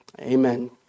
amen